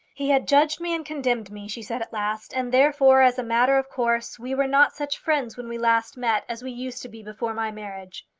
he had judged me and condemned me, she said at last, and therefore, as a matter of course, we were not such friends when we last met as we used to be before my marriage.